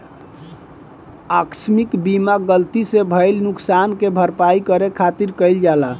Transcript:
आकस्मिक बीमा गलती से भईल नुकशान के भरपाई करे खातिर कईल जाला